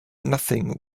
nothing